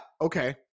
okay